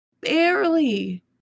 Barely